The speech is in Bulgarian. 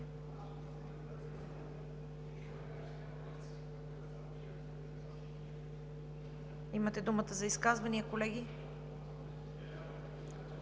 Имате думата за изказвания. Не